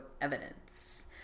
evidence